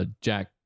Jack